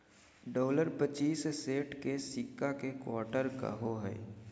dollar पच्चीस cent के सिक्का के क्वार्टर कहो हइ